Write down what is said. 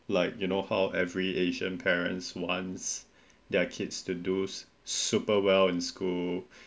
like you know how every asian's parent wants their kids to dos super well in school